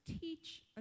teach